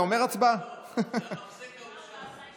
(תיקון מס' 42),